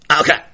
Okay